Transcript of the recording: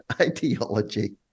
ideology